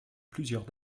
plusieurs